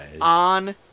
on